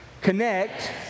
Connect